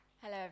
Hello